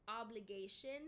obligation